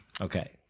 Okay